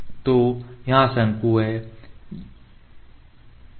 तो यहाँ शंकु है